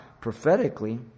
prophetically